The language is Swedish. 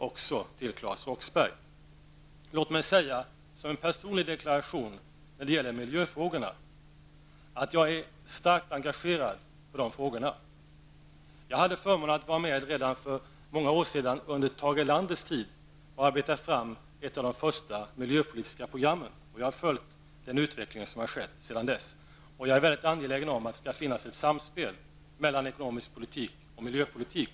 Låt mig beträffande miljöfrågorna göra den personliga deklarationen att jag är starkt engagerad i dessa frågor. Jag hade förmånen att vara med redan för många år sedan, under Tage Erlanders tid, vid utarbetandet av ett av de första miljöpolitiska programmen. Sedan dess har jag följt utvecklingen, och jag är mycket angelägen om att det skall finnas ett samspel mellan ekonomisk politik och miljöpolitik.